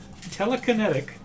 Telekinetic